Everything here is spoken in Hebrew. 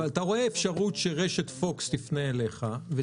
אתה רואה אפשרות שרשת פוקס תפנה אליך?